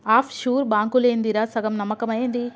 half sure బాంకులేందిరా, సగం నమ్మకమా ఏంది